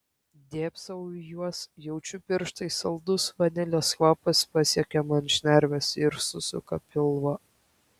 dėbsau į juos jaučiu pirštais saldus vanilės kvapas pasiekia man šnerves ir susuka pilvą